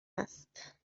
است